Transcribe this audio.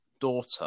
daughter